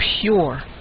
pure